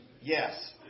Yes